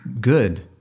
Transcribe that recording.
good